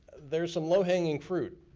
there's some low hanging fruit.